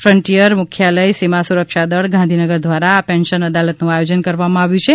frontier મુખ્યાલય સીમા સુરક્ષા દળ ગાંધીનગર દ્વારા આ પેન્શન અદાલતનું આયોજન કરવામાં આવ્યું છે